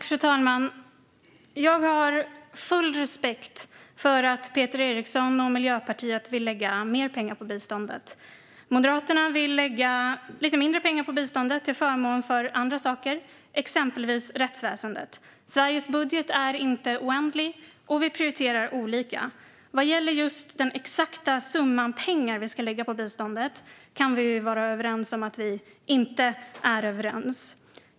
Fru talman! Jag har full respekt för att Peter Eriksson och Miljöpartiet vill lägga mer pengar på biståndet. Moderaterna vill lägga lite mindre pengar på biståndet till förmån för andra saker, exempelvis rättsväsendet. Sveriges budget är inte oändlig, och vi prioriterar olika. Vad gäller just den exakta summan pengar vi ska lägga på biståndet kan vi vara överens om att vi inte är överens.